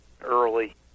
early